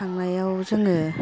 थांनायाव जोङो